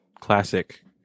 classic